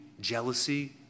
jealousy